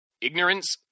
ignorance